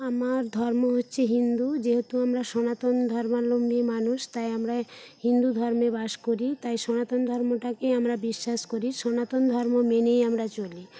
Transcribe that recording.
আমার ধর্ম হচ্ছে হিন্দু যেহেতু আমরা সনাতন ধর্মাবলম্বী মানুষ তাই আমরা হিন্দু ধর্মে বাস করি তাই সনাতন ধর্মটাকেই আমরা বিশ্বাস করি সনাতন ধর্ম মেনেই আমরা চলি